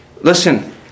Listen